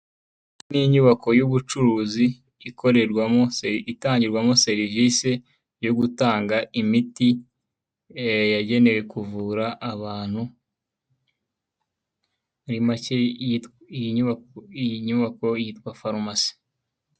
Ni inyubako y'ubucuruzi itangirwamo serivisi itangirwamo imiti yagenewe kuvura abantu. Muri make iyi nyubako yitwa farumasi.